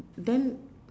then